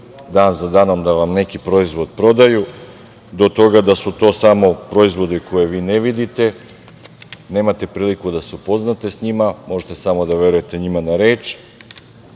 dan za danom da vam neki proizvod prodaju, a do toga da su to samo proizvodi koje vi ne vidite, nemate priliku da se upoznate sa njima, možete da verujte njima samo